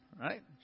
right